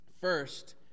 First